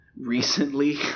recently